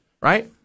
right